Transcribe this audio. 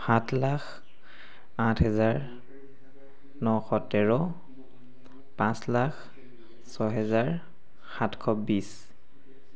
সাত লাখ আঠ হেজাৰ নশ তেৰ পাঁচ লাখ ছয় হেজাৰ সাতশ বিশ